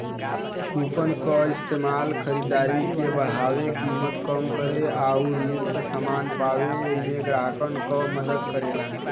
coupon क इस्तेमाल खरीदारी के बढ़ावे, कीमत कम करे आउर मुफ्त समान पावे में ग्राहकन क मदद करला